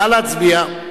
נא להצביע.